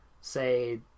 say